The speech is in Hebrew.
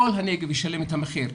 כל הנגב ישלם את המחיר,